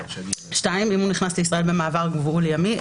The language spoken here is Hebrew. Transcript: (2)אם הוא נכנס לישראל במעבר גבול ימי,